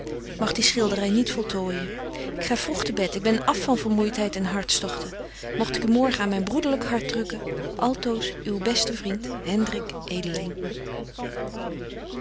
ik mag die schildery niet voltooijen ik ga vroeg te bed ik ben af van vermoeitheid en hartstochten mogt ik u morgen aan myn broederlyk hart drukken altoos uw beste vriend